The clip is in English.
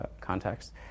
context